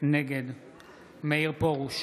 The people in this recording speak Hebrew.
נגד מאיר פרוש,